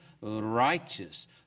righteous